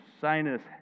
sinus